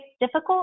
difficult